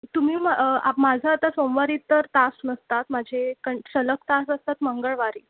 तुम्ही मग आ माझं आता सोमवारी तर तास नसतात माझे कण सलग तास असतात मंगळवारी